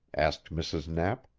asked mrs. knapp.